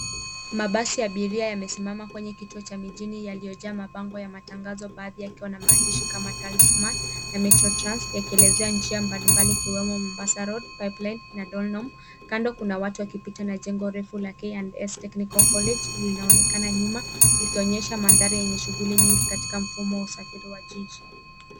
Mabasi ya abiria yamesimama kwenye kituo cha mijini yaliyojaa mabango ya matangazo baadhi yakiwa na maandishi kama, calsmart na metro trans, yakielezea njia mbalimbali ikiwemo Mombasa Road, pipeline na donholm. Kando kuna watu wakipita na jengo refu la K and S technical college linaonekana nyuma likionyesha mandhari yenye shughuli nyingi katika mfumo wa usafiri wa jiji.